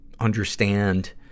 understand